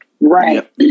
right